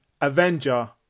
Avenger